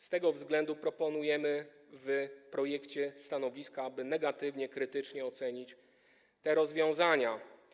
Z tego względu proponujemy w projekcie stanowiska, aby negatywnie, krytycznie ocenić te rozwiązania.